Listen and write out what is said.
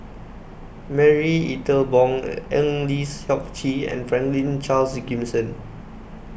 Marie Ethel Bong Eng Lee Seok Chee and Franklin Charles Gimson